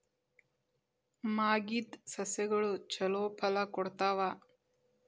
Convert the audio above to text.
ಮಾಗಿದ್ ಸಸ್ಯಗಳು ಛಲೋ ಫಲ ಕೊಡ್ತಾವಾ?